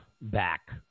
back